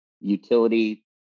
utility